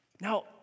Now